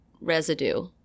residue